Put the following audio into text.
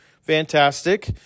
fantastic